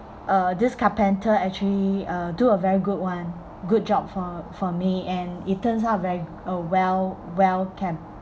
uh this carpenter actually uh do a very good one good job for for me and it turns out very uh well kept